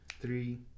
Three